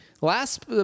Last